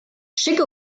schicke